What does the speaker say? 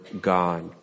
God